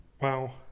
Wow